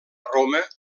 roma